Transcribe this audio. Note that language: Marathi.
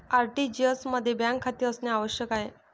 आर.टी.जी.एस मध्ये बँक खाते असणे आवश्यक आहे